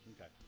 okay